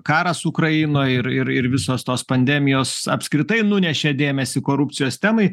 karas ukrainoj ir ir ir visos tos pandemijos apskritai nunešė dėmesį korupcijos temai